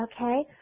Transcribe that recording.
Okay